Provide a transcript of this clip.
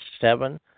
seven